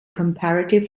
comparative